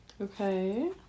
okay